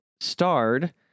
starred